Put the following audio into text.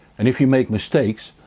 and if you make mistakes,